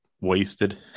wasted